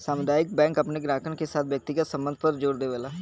सामुदायिक बैंक अपने ग्राहकन के साथ व्यक्तिगत संबध पर जोर देवला